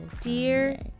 dear